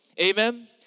Amen